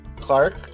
Clark